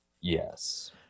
yes